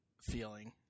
feeling